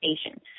station